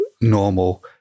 normal